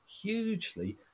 hugely